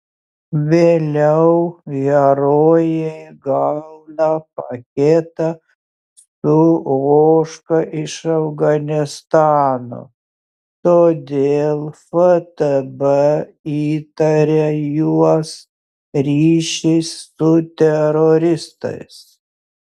vėliau herojai gauna paketą su ožka iš afganistano todėl ftb įtaria juos ryšiais su teroristais